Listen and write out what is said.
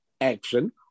action